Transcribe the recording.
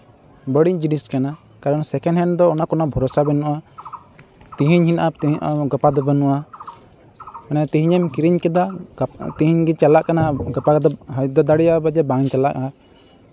ᱵᱟᱹᱲᱤᱡ ᱡᱤᱱᱤᱥ ᱠᱟᱱᱟ ᱠᱟᱨᱚᱱ ᱥᱮᱠᱮᱱᱰ ᱦᱮᱱᱰ ᱫᱚ ᱚᱱᱟ ᱠᱳᱱᱳ ᱵᱷᱚᱨᱥᱟ ᱵᱟᱹᱱᱩᱜᱼᱟ ᱛᱮᱦᱮᱧ ᱦᱮᱱᱟᱜᱼᱟ ᱜᱟᱯᱟ ᱫᱚ ᱵᱟᱹᱱᱩᱜᱼᱟ ᱢᱟᱱᱮ ᱛᱮᱦᱮᱧ ᱮᱢ ᱠᱤᱨᱤᱧ ᱠᱮᱫᱟ ᱛᱮᱦᱮᱧ ᱜᱮ ᱪᱟᱞᱟᱜ ᱠᱟᱱᱟ ᱜᱟᱯᱟ ᱛᱮᱫᱚ ᱦᱩᱭ ᱛᱚ ᱫᱟᱲᱮᱭᱟᱜᱼᱟ ᱯᱟᱪᱮᱜ ᱵᱟᱝ ᱪᱟᱞᱟᱜᱼᱟ